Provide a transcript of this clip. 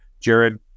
Jared